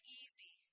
easy